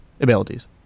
abilities